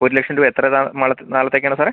ഒരു ലക്ഷം രൂപ എത്ര മാളത്ത് നാളത്തേക്കാണ് സാറേ